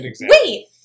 Wait